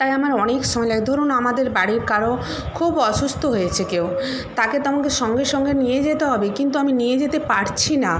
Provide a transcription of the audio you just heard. তাই আমার অনেক সময় লাগে ধরুন আমাদের বাড়ির কারোর খুব অসুস্থ হয়েছে কেউ তাকে তো আমাকে সঙ্গে সঙ্গে নিয়ে যেতে হবে কিন্তু আমি নিয়ে যেতে পারছি না